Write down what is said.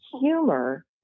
Humor